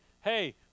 hey